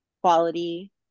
quality